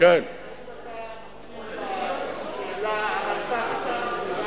האם אתה מכיר בשאלה "הרצחת וגם ירשת"?